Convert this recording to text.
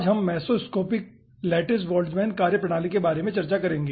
आज हम mesoscopic lattice Boltzmann कार्यप्रणाली के बारे में चर्चा करेंगे